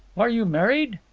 are you married?